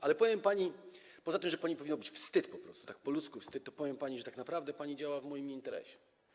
Ale powiem pani - poza tym, że pani powinno być wstyd, po prostu tak po ludzku wstyd - że tak naprawdę pani działa w moim interesie.